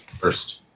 first